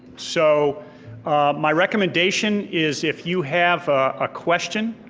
so my recommendation is if you have a question,